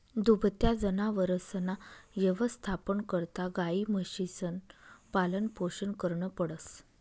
दुभत्या जनावरसना यवस्थापना करता गायी, म्हशीसनं पालनपोषण करनं पडस